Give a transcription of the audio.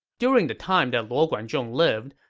during the time that luo guanzhong lived,